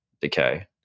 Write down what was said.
decay